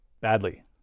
badly